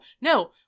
no